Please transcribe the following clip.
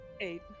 Eight